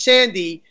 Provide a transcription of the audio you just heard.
Sandy